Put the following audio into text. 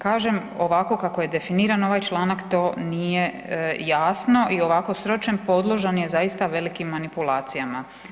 Kažem ovako kako je definirano ovaj članak to nije jasno i ovako sročen podložan je zaista velikim manipulacijama.